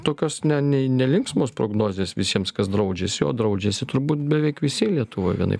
tokios ne ne nelinksmos prognozės visiems kas draudžiasi o draudžiasi turbūt beveik visi lietuvoj vienaip